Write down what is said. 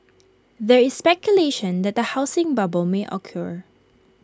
there is speculation that A housing bubble may occur